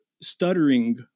stuttering